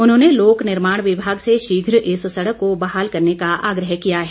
उन्होंने लोक निर्माण विभाग से शीघ्र इस सड़क को बहाल करने का आग्रह किया है